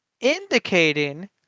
indicating